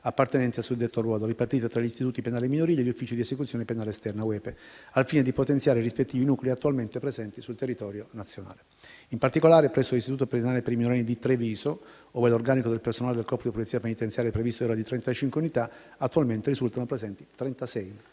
appartenenti al suddetto ruolo, ripartite tra gli istituti penali minorili e gli uffici di esecuzione penale esterna (UEPE), al fine di potenziare i rispettivi nuclei attualmente presenti sul territorio nazionale. In particolare, presso l'istituto penale per i minorenni di Treviso, ove l'organico del personale del Corpo di polizia penitenziaria previsto era di 35 unità, attualmente risultano presenti 36 unità.